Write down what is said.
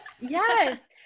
Yes